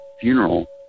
funeral